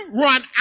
run